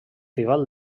rival